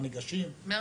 זאת אומרת,